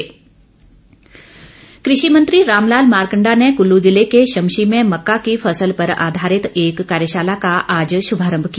मारकण्डा कृषि मंत्री रामलाल मारकण्डा ने कुल्लू जिले के शमशी में मक्का की फसल पर आधारित एक कार्यशाला का आज श्भारम्भ किया